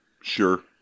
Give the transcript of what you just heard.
Sure